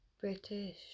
British